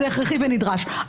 זה הכרחי ונדרש,